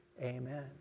Amen